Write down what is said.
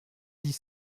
dix